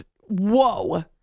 Whoa